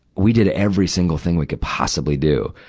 we did every single thing we could possibly do.